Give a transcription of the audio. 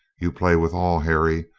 you play with all, harry,